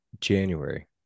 January